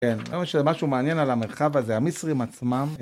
כן, לא משנה, משהו מעניין על המרחב הזה - המצרים עצמם...